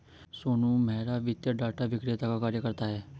सोनू मेहरा वित्तीय डाटा विक्रेता का कार्य करता है